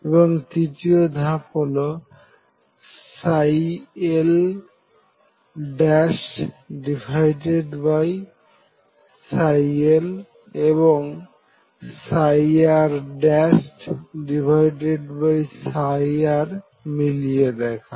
এবং তৃতীয় ধাপ হলো LL এবং RR মিলিয়ে দেখা